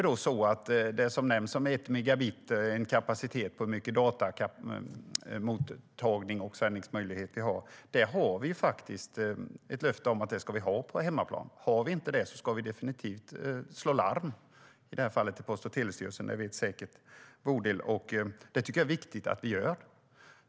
Det som nämns som 1 megabit - ett mått på vilken datamottagningskapacitet och sändningskapacitet vi har - är faktiskt ett löfte om något vi ska ha på hemmaplan. Har vi inte det ska vi definitivt slå larm, i det här fallet till Post och telestyrelsen. Det vet säkert Bodil. Det tycker jag är viktigt att vi gör.